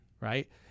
Right